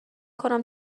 کنم